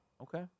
Okay